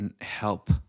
help